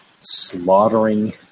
slaughtering